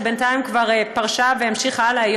שבינתיים כבר פרשה והמשיכה הלאה,